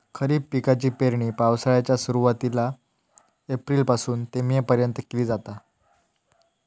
खरीप पिकाची पेरणी पावसाळ्याच्या सुरुवातीला एप्रिल पासून ते मे पर्यंत केली जाता